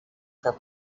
for